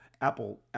Apple